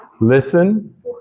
listen